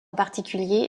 particulier